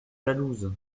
jalouse